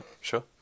sure